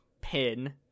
pin